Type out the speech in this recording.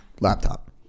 laptop